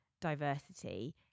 diversity